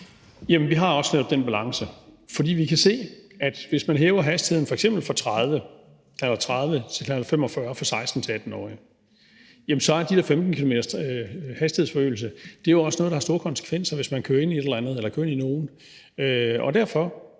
vi har også lavet den balance, fordi vi kan se, at hvis man hæver hastigheden f.eks. fra knallert 30 til knallert 45 for 16-18-årige, så er den der hastighedsforøgelse på 15 km/t. også noget, der har store konsekvenser, hvis man kører ind i et eller andet eller kører ind i nogen.